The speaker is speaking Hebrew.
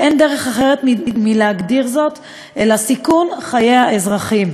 אין דרך אחרת מלהגדיר זאת אלא סיכון חיי האזרחים.